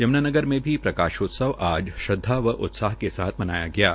यम्नानगर में भी प्रकाशोत्सव आज श्रद्वा व उल्लास के साथ मनाया जा रहा है